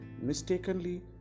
Mistakenly